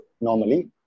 normally